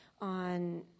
on